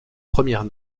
premières